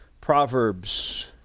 Proverbs